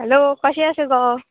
hello कशें आसा गो